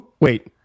Wait